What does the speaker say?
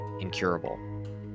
incurable